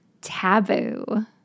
taboo